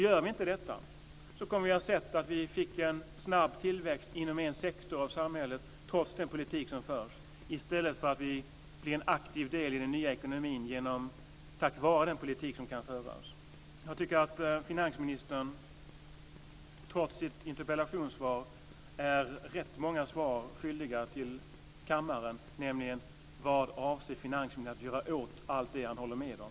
Gör vi inte detta kommer vi att se att vi fick en snabb tillväxt inom en sektor av samhället trots den politik som förs, i stället för att vi blev en aktiv del i den nya ekonomin tack vare den politik som skulle ha kunnat föras. Jag tycker att finansministern, trots sitt interpellationssvar, är kammaren skyldig rätt många svar. Vad avser finansministern att göra åt allt det som han håller med om?